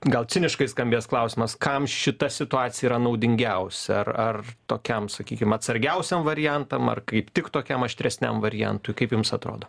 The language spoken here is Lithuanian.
gal ciniškai skambės klausimas kam šita situacija yra naudingiausia ar ar tokiam sakykim atsargiausiam variantam ar kaip tik tokiam aštresniam variantui kaip jums atrodo